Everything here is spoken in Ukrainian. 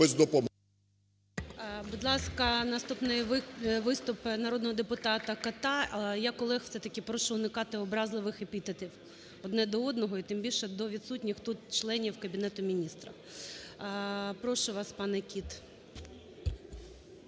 Будь ласка, наступний виступ - народного депутата Кота. Я колег все-таки прошу уникати образливих епітетів одне до одного, і тим більше до відсутніх тут членів Кабінету Міністрів. Прошу вас, пане Кіт.